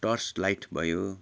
torch light भयो